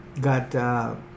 got